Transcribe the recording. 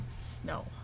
snow